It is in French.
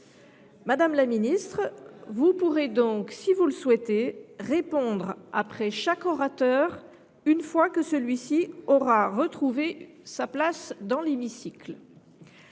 Madame la ministre, vous pourrez donc, si vous le souhaitez, répondre après chaque orateur, une fois que celui ci aura retrouvé sa place dans l’hémicycle.